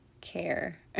care